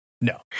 no